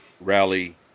rally